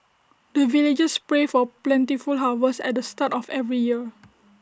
the villagers pray for plentiful harvest at the start of every year